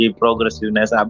progressiveness